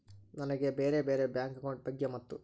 ನನಗೆ ಬ್ಯಾರೆ ಬ್ಯಾರೆ ಬ್ಯಾಂಕ್ ಅಕೌಂಟ್ ಬಗ್ಗೆ ಮತ್ತು?